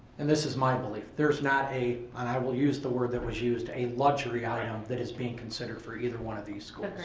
and this is my belief. there's not a, and i will use the word that was used, a luxury item that is being considered for either one of these